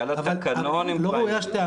היה לה תקנון עם פריימריז.